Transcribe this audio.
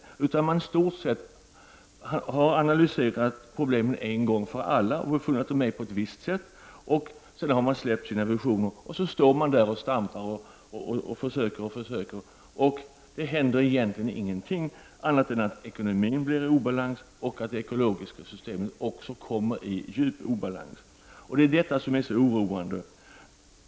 Socialdemokraterna har i stort sett analyserat problemen en gång för alla, och sedan har de släppt sina visioner och står och stampar och försöker gång på gång att göra något, men det händer egentligen ingenting annat än att ekonomin kommer i obalans och att det ekologiska systemet också kommer i djup obalans. Det är detta som är så oroande.